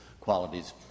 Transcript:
qualities